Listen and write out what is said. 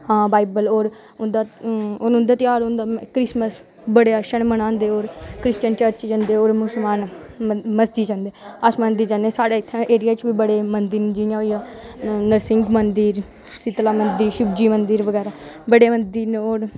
ओह् पढ़दे बाईबल होर उंदा ध्यार होंदा क्रिसमस बड़े अच्छे नै मनांदे होर क्रिशिचयन चर्च जंदे होर मुसलमान मस्जिद जंदे अस मंदर जन्ने साढ़े उत्थें एरिया च बी बड़े मंदर न जियां होइया जियां नरसिंह मंदिर शीतला मंदिर शिव मंदिर होर बड़े सारे मंदिर होइये भला